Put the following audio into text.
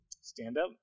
Stand-up